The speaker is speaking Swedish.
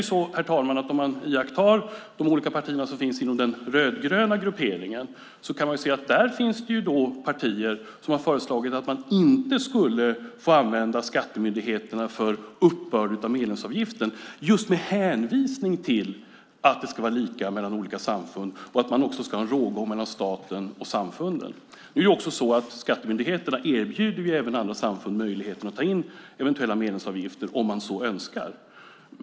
Där är det så, herr talman, att om man iakttar de olika partier som finns inom den rödgröna grupperingen kan man se att det där finns partier som har föreslagit att man inte skulle få använda Skatteverket för uppbörd av medlemsavgiften, just med hänvisning till att det ska vara lika mellan olika samfund och att man ska ha en rågång mellan staten och samfunden. Nu är det så att Skatteverket erbjuder även andra samfund möjligheten att ta in eventuella medlemsavgifter om man så önskar.